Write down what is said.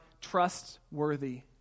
trustworthy